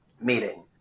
meeting